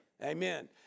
Amen